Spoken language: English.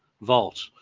vault